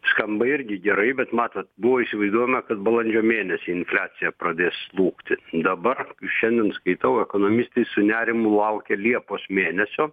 skamba irgi gerai bet matot buvo įsivaizduojama kad balandžio mėnesį infliacija pradės slūgti dabar šiandien skaitau ekonomistai su nerimu laukia liepos mėnesio